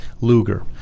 luger